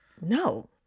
No